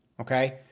Okay